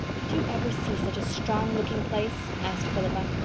did you ever see such a strong-looking place? asked philippa.